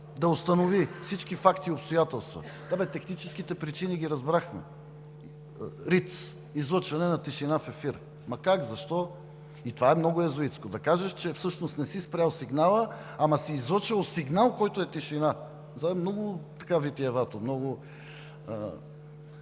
да установи всички факти и обстоятелства? Техническите причини ги разбрахме: RATs – излъчване на тишина в ефир. Ама как, защо? Това е много йезуитско – да кажеш, че всъщност не си спрял сигнала, ама си излъчвал сигнал, който е тишина! Това е много